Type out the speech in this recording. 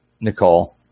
Nicole